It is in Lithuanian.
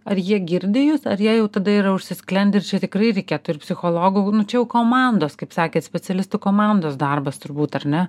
ar jie girdi jus ar jie jau tada yra užsisklendę ir čia tikrai reikėtų ir psichologų nu čia jau komandos kaip sakėt specialistų komandos darbas turbūt ar ne